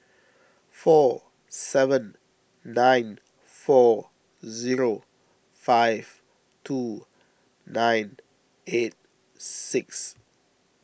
four seven nine four zero five two nine eight six